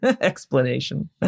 explanation